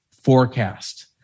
forecast